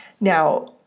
Now